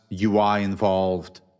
UI-involved